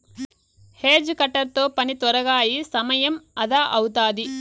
hedge cutter తో పని త్వరగా అయి సమయం అదా అవుతాది